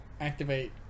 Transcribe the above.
activate